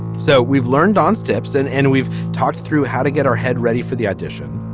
so we've learned on steps and and we've talked through how to get our head ready for the audition.